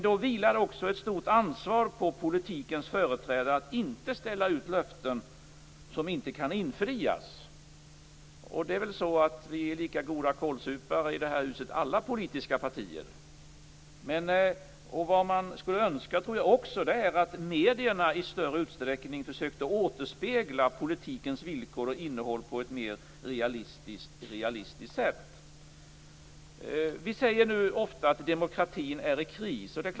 Då vilar också ett stort ansvar på politikens företrädare att inte ställa ut löften som inte kan infrias. Det är väl så att alla politiska partier i det hör huset är lika goda kålsupare. Jag önskar att medierna i större utsträckning försökte återspegla politikens villkor och innehåll på ett mer realistiskt sätt. Vi säger ofta att demokratin är i kris.